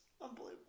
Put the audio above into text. unbelievable